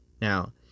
Now